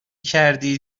کردی